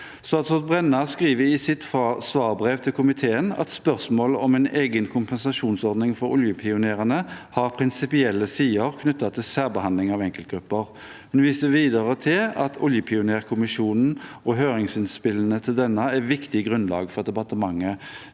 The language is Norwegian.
Statsråd Brenna skriver i sitt svarbrev til komiteen at spørsmålet om en egen kompensasjonsordning for oljepionerene har prinsipielle sider knyttet til særbehandling av enkeltgrupper. Hun viser videre til at oljepionerkommisjonen og høringsinnspillene til denne er et viktig grunnlag for departementets